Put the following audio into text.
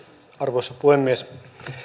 arvoisa puhemies